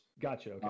Gotcha